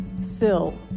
Sill